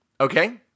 Okay